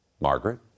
Margaret